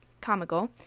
comical